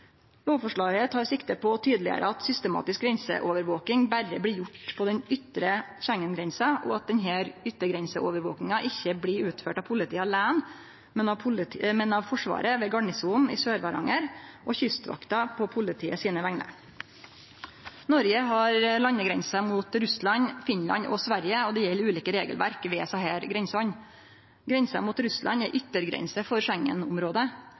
Lovforslaget tek sikte på å gjere det tydeleg at systematisk grenseovervaking har ein berre på den ytre Schengen-grensa, og at denne yttergrenseovervakinga ikkje blir utført av politiet åleine, men av Forsvaret ved Garnisonen i Sør-Varanger og Kystvakta på vegner av politiet. Noreg har landegrenser mot Russland, Finland og Sverige, og det gjeld ulike regelverk ved desse grensene. Grensa mot Russland er yttergrense for